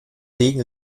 degen